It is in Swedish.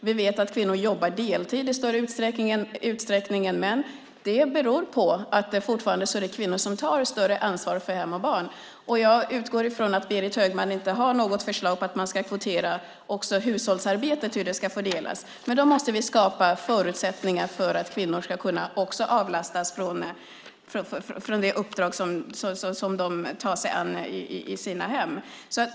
Vi vet att kvinnor jobbar deltid i större utsträckning än män. Det beror på att kvinnor fortfarande tar större ansvar för hem och barn. Jag utgår från att Berit Högman inte har något förslag om att man också ska kvotera hushållsarbetet, hur det ska fördelas. Då måste vi skapa förutsättningar så att kvinnor avlastas när det gäller det uppdrag som de tar sig an i sina hem.